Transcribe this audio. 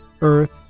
Earth